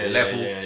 Level